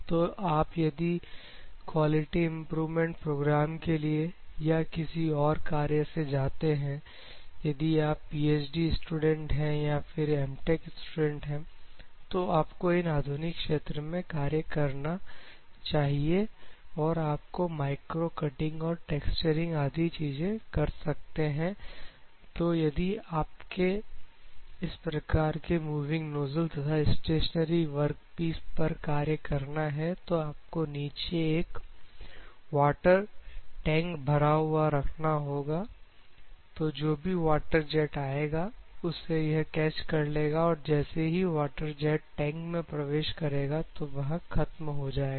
तो आप यदि क्वालिटी इंप्रूवमेंट प्रोग्राम के लिए या किसी और कार्य से जाते हैं यदि आप पीएचडी स्टूडेंट या फिर एमटेक स्टूडेंट है तो आपको इन आधुनिक क्षेत्र में कार्य करना चाहिए और आप माइक्रो कटिंग और टेक्सटरिंग आदि चीजें कर सकते हैं तो यदि आपको इस प्रकार के मूविंग नोजल तथा स्टेशनरी वर्कपीस पर कार्य करना है तो आपको नीचे एक वाटर टैंक भरा हुआ रखना होगा तो जो भी वाटर जेट आएगा उसे यह कैचकर लेगा और जैसे ही वाटर जेटटैंक में प्रवेश करेगा तो वह खत्म हो जाएगा